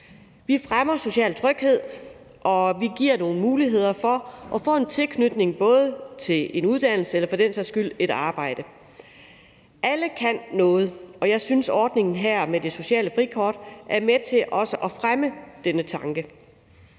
vi fremmer social tryghed, og vi giver nogle muligheder for at få en tilknytning både til en uddannelse og for den sags skyld til et arbejde. Alle kan noget, og jeg synes, ordningen her med det sociale frikort er med til også at fremme denne tanke.